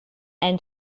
and